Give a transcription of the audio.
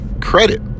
credit